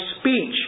speech